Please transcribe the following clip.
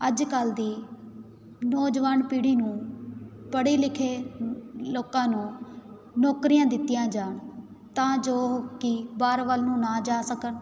ਅੱਜ ਕੱਲ੍ਹ ਦੀ ਨੌਜਵਾਨ ਪੀੜ੍ਹੀ ਨੂੰ ਪੜ੍ਹੇ ਲਿਖੇ ਲੋਕਾਂ ਨੂੰ ਨੌਕਰੀਆਂ ਦਿੱਤੀਆਂ ਜਾਣ ਤਾਂ ਜੋ ਉਹ ਕਿ ਬਾਹਰ ਵੱਲ ਨੂੰ ਨਾ ਜਾ ਸਕਣ